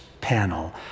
panel